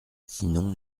sinon